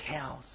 cows